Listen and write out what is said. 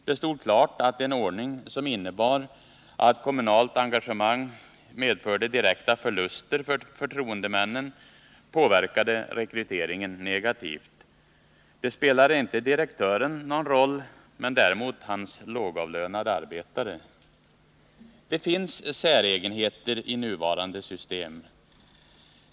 Det stod klart att en ordning som innebar att kommunalt engagemang medförde direkta förluster för förtroendemännen påverkade rekryteringen negativt. Det spelade inte någon roll för direktören, däremot för hans lågavlönade arbetare. Det finns säregenheter i nuvarande system.